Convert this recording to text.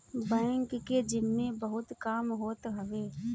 bank के जिम्मे बहुते काम होत हवे